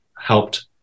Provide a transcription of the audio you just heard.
helped